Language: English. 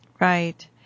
Right